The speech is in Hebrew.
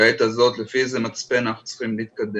בעת הזאת, לפי איזה מצפן אנחנו צריכים להתקדם.